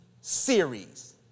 series